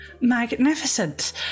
Magnificent